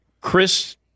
Chris